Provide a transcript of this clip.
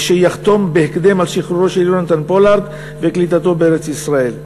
ושיחתום בהקדם על שחרורו של יהונתן פולארד וקליטתו בארץ-ישראל.